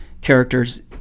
characters